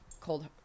cold